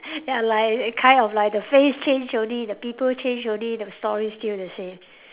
ya like kind of like the face change only the people change only the stories still the same